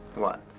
what?